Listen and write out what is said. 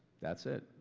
that's it.